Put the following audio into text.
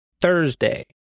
Thursday